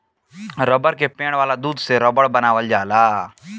रबड़ के पेड़ वाला दूध से रबड़ बनावल जाला